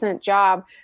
job